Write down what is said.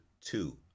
two